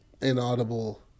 inaudible